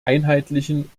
einheitlichen